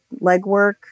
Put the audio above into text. legwork